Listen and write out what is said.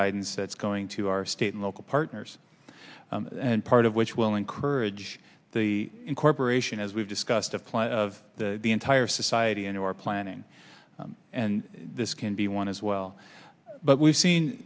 guidance that's going to our state and local partners and part of which will encourage the incorporation as we've discussed a plan of the entire society in our planning and this can be one as well but we've seen